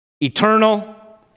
eternal